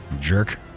Jerk